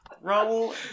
Roll